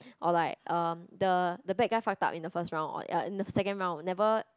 or like um the the bad guy fucked up in the first round or uh in the second round never